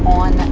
on